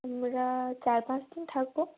আমরা চার পাঁচ দিন থাকব